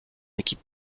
équipe